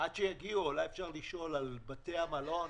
אולי אפשר לשאול על בתי המלון,